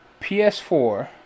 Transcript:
PS4